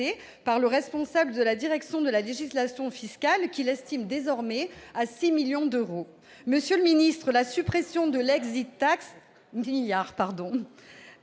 par le responsable de la direction de la législation fiscale, qui l'estime désormais à 6 milliards d'euros. Monsieur le ministre, la suppression de l'ne nous paraît